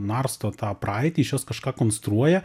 narsto tą praeitį iš jos kažką konstruoja